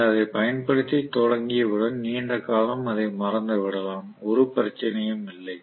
நீங்கள் அதை பயன்படுத்தத் தொடங்கியவுடன் நீண்ட காலம் அதை மறந்துவிடலாம் எந்த பிரச்சனையும் இல்லை